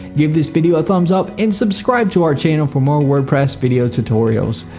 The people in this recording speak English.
give this video a thumbs up and subscribe to our channel for more wordpress video tutorials.